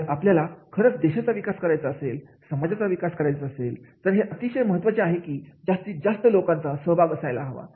जर आपल्याला खरंच देशाचा विकास करायचा असेल समाजाचा विकास करायचा असेल तर हे अतिशय महत्त्वाचे आहे की जास्तीत जास्त लोकांचा सहभाग असायला हवा